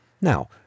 Now